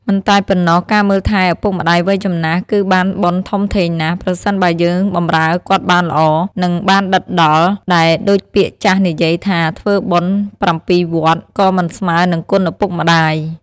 មិនតែប៉ុណ្ណោះការមើលថែឳពុកម្តាយវ័យចំណាស់គឺបានបុណ្យធំធេងណាស់ ប្រសិនបើយើងបម្រើគាត់បានល្អ និងបានដិតដល់ដែលដូចពាក្យចាស់និយាយថាធ្វើបុណ្យប្រាំពីរវត្តក៏មិនស្មើរនឹងគុណឳពុកម្តាយ។